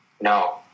no